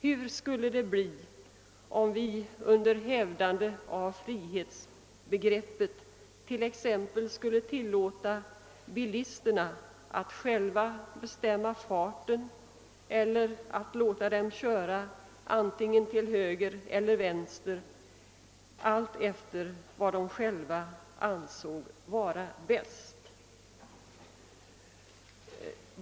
Hur skulle det bli, om vi under hävdande av frihetsbegreppet t.ex. skulle tillåta bilisterna att själva bestämma farten eller att låta dem köra antingen till höger eller till vänster alltefter vad de själva anser vara bäst?